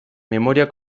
memoria